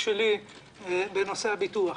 שלי בנושא הביטוח.